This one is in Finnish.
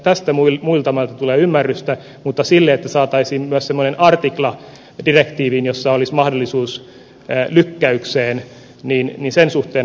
tästä muilta mailta tulee ymmärrystä mutta sen suhteen että saataisiin myös semmoinen artikla direktiiviin jossa olisi mahdollisuus lykkäykseen näyttää vaikeammalta